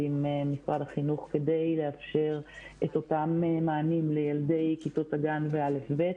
עם משרד החינוך כדי לאפשר אתך אותם מענים לילדי כיתות הגן ו-א'-ב'.